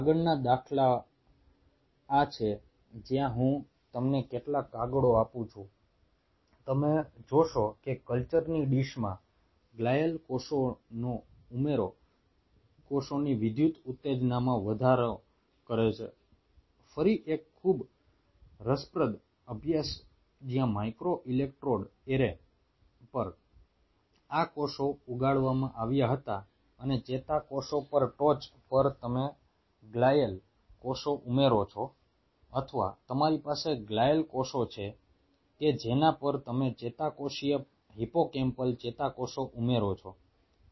આગળનો દાખલો આ છે જ્યાં હું તમને કેટલાક કાગળો આપું છું તમે જોશો કે કલ્ચરની ડીશમાં ગ્લિઅલ કોષોનો ઉમેરો કોષોની વિદ્યુત ઉત્તેજનામાં વધારો કરે છે ફરી એક ખૂબ જ રસપ્રદ અભ્યાસ જ્યાં માઇક્રો ઇલેક્ટ્રોડ એરે પર આ કોષો ઉગાડવામાં આવ્યા હતા અને ચેતાકોષો ટોચ પર તમે ગ્લિઅલ કોષો ઉમેરો છો અથવા તમારી પાસે ગ્લિઅલ કોષો છે કે જેના પર તમે ચેતાકોષીય હિપ્પોકેમ્પલ ચેતાકોષો ઉમેરો છો